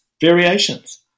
variations